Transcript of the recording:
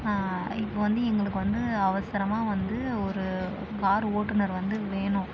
இப்போ வந்து எங்களுக்கு வந்து அவசரமாக வந்து ஒரு கார் ஓட்டுநர் வந்து வேணும்